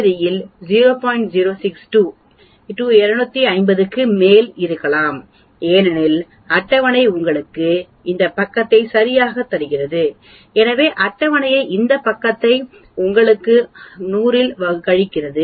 062 250 க்கு மேல் இருக்கலாம் ஏனெனில் அட்டவணை உங்களுக்கு இந்த பக்கத்தை சரியாக தருகிறது எனவே அட்டவணை இந்த பக்கத்தை உங்களுக்கு வழங்குகிறது